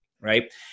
Right